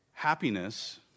Happiness